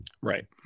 Right